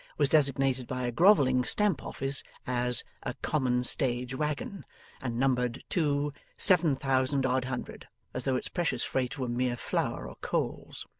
was designated by a grovelling stamp-office as a common stage waggon and numbered too seven thousand odd hundred as though its precious freight were mere flour or coals!